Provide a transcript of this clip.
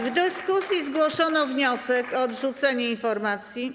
W dyskusji zgłoszono wniosek o odrzucenie informacji.